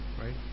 right